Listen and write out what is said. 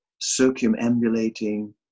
circumambulating